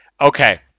Okay